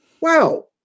wow